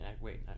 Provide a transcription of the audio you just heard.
Wait